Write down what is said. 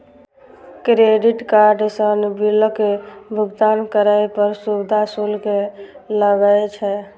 credit card सं बिलक भुगतान करै पर सुविधा शुल्क लागै छै